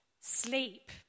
sleep